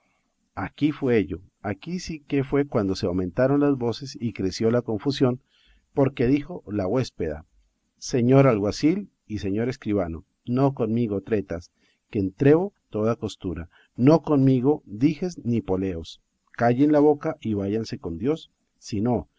aquí fue ello aquí sí que fue cuando se aumentaron las voces y creció la confusión porque dijo la huéspeda señor alguacil y señor escribano no conmigo tretas que entrevo toda costura no conmigo dijes ni poleos callen la boca y váyanse con dios si